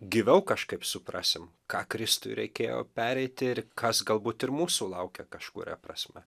gyviau kažkaip suprasim ką kristui reikėjo pereiti ir kas galbūt ir mūsų laukia kažkuria prasme